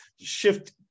shift